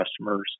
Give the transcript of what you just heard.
customers